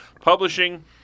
Publishing